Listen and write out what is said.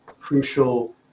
crucial